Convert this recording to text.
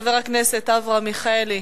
חבר הכנסת אברהם מיכאלי,